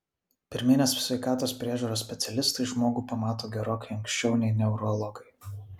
pirminės sveikatos priežiūros specialistai žmogų pamato gerokai anksčiau nei neurologai